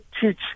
teach